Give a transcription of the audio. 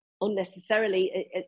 unnecessarily